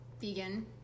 vegan